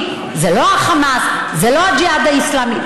זה לא החמאס, זה לא הג'יהאד האסלאמי.